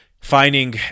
finding